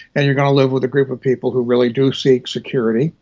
and you're going to live with a group of people who really do seek security.